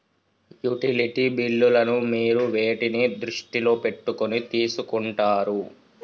Utility బిల్లులను మీరు వేటిని దృష్టిలో పెట్టుకొని తీసుకుంటారు?